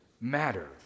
matter